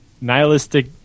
nihilistic